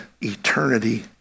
eternity